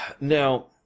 Now